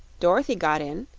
dorothy got in,